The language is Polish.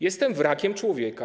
Jestem wrakiem człowieka.